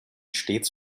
stets